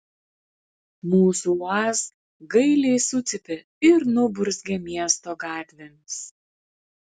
mūsų uaz gailiai sucypė ir nuburzgė miesto gatvėmis